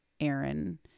Aaron